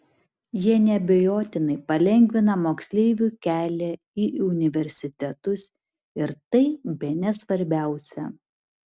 jie neabejotinai palengvina moksleivių kelią į universitetus ir tai bene svarbiausia